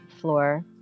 Floor